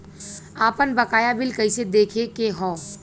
आपन बकाया बिल कइसे देखे के हौ?